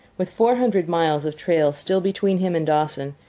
with four hundred miles of trail still between him and dawson,